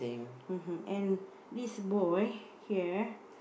(uh huh) and this boy here